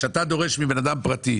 כשאתה דורש מבן אדם פרטי,